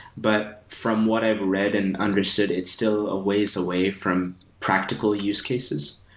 but from what i've read and understood, it's still a ways away from practical use cases.